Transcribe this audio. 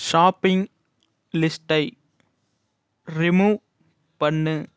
shopping லிஸ்ட்டை remove பண்ணு